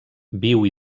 viu